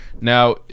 Now